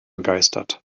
begeistert